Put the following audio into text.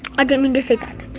i didn't mean to say that.